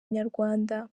inyarwanda